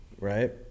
right